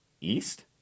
east